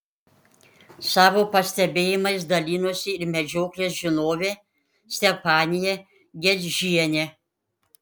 savo pastebėjimais dalinosi ir medžioklės žinovė stefanija gedžienė